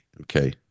okay